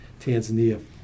Tanzania